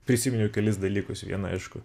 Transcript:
prisiminiau kelis dalykus vieną aišku